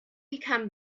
become